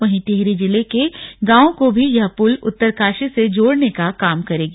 वहीं टिहरी जिले के गांवों को भी यह पुल उत्तरकाशी से जोड़ने का काम करेगा